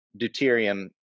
deuterium